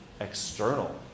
External